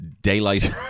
daylight